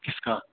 किसका